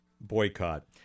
boycott